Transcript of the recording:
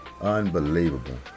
Unbelievable